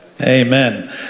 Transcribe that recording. Amen